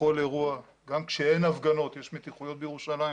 בכל אירוע, גם כשאין הפגנות יש מתיחויות בירושלים,